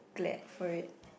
glad for it